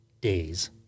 days